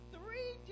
Three